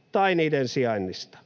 ”tai niiden sijainnista.